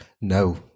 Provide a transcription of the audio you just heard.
No